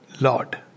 Lord